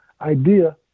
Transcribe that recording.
idea